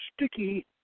sticky